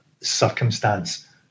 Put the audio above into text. circumstance